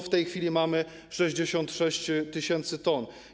W tej chwili mamy 66 tys. t.